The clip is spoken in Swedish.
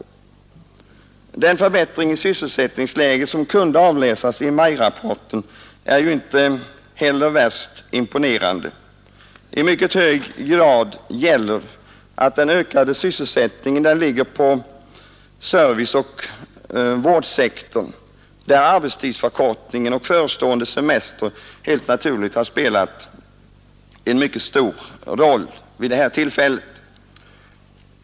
Den förbättring i sysselsättningsläget som kunde avläsas i majrapporten är ju inte heller värst imponerande. I mycket hög grad gäller att den ökade sysselsättningen ligger på serviceoch vårdyrkessektorn, där arbetstidsförkortningen och förestående semester helt naturligt har spelat en mycket stor roll vid den senaste räkningen.